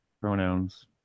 Pronouns